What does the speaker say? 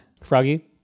Froggy